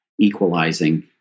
equalizing